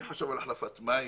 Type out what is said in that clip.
מי חשב על החלפת מים?